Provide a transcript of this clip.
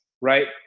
right